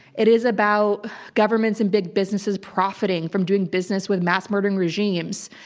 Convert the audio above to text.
it is about governments and big businesses profiting from doing business with mass murdering regimes.